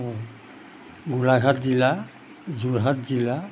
গোলাঘাট জিলা যোৰহাট জিলা